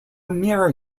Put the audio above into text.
mirror